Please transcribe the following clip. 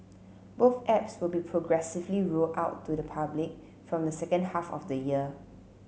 both apps will be progressively rolled out to the public from the second half of the year